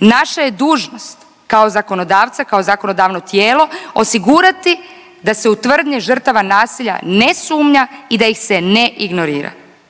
Naša je dužnost kao zakonodavca, kao zakonodavno tijelo osigurati da se u tvrdnje žrtava nasilja ne sumnja i da ih se ne ignorira.